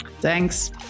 Thanks